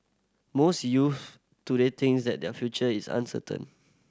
most youths today think that their future is uncertain